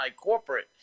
Corporate